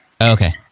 Okay